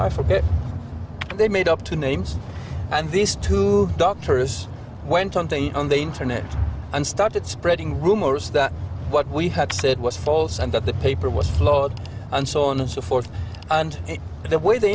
i forget they made up two names and these two doctors went on to be on the internet and started spreading rumors that what we had said was false and that the paper was flawed and so on and so forth and it the way the